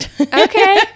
Okay